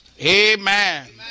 Amen